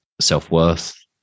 self-worth